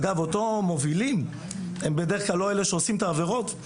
אגב אותם מובילים הם בדרך כלל לא אלה שעושים את העבירות.